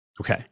okay